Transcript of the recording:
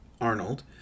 Arnold